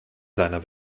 seiner